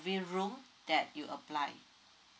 room that you apply